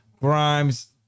Grimes